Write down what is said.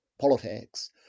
politics